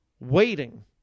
waiting